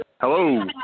Hello